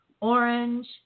orange